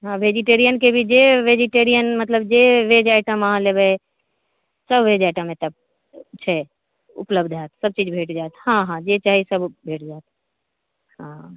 हँ वेजिटेरियन के भी जे वेजिटेरियन मतलब जे भेज आइटम अहाँ लेबै सभ भेट जाएत एतऽ छै उपलब्ध होएत सभ चीज भेट जाएत हँ हँ जे चाही से सभ भेट जाएत हॅं